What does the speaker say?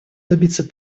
добиться